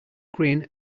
grin